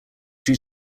due